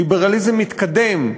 ליברליזם מתקדם,